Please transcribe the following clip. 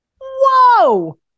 whoa